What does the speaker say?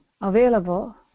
available